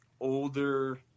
older